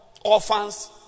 Orphans